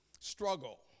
struggle